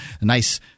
nice